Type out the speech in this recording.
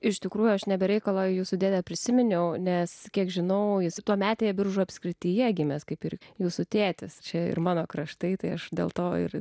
iš tikrųjų aš ne be reikalo jūsų dėdę prisiminiau nes kiek žinojusi tuometėje biržų apskrityje gimė kaip ir jūsų tėtis čia ir mano kraštai tai aš dėl to ir